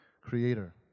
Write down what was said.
creator